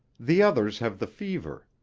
the others have the fever.